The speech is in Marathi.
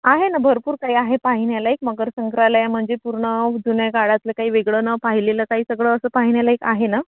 आहे ना भरपूर काही आहे पाहण्यालायक मगर संग्रहालय म्हणजे पूर्ण जुन्या काळातलं काही वेगळं न पाहिलेलं काही सगळं असं पाहण्यालायक आहे ना